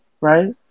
right